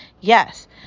Yes